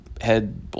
head